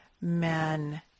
men